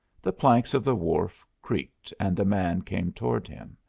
the planks of the wharf creaked and a man came toward him.